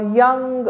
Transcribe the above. young